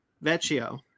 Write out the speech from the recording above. Vecchio